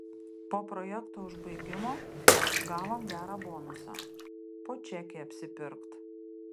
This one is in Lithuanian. po projekto užbaigimo gavom gerą bonusą po čekį apsipirkt